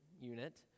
unit